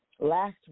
Last